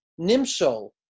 nimshol